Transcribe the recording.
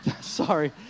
sorry